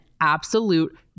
absolute